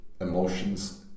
emotions